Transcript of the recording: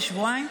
זה שבועיים,